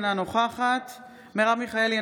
אינה נוכחת מרב מיכאלי,